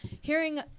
hearing